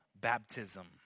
baptism